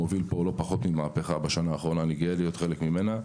מוביל פה לא פחות ממהפכה בשנה האחרונה ואני גאה להיות חלק ממנה.